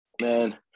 Man